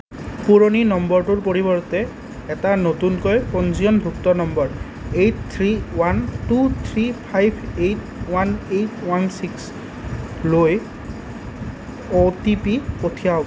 পুৰণি নম্বৰটোৰ পৰিৱৰ্তে এটা নতুনকৈ পঞ্জীয়নভুক্ত number eight three one two three five eight one eight one ছিক্সলৈ অ'টিপি পঠিয়াওক